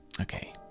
okay